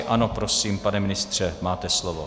Ano, prosím, pane ministře, máte slovo.